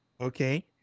okay